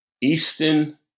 Easton